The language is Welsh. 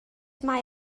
mae